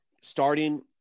starting